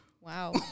Wow